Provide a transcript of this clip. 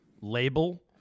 label